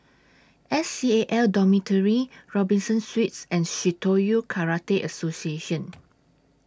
S C A L Dormitory Robinson Suites and Shitoryu Karate Association